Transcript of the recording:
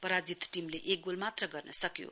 पराजित टीमले एक गोल मात्र गर्न सक्यो